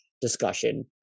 discussion